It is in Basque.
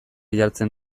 jartzen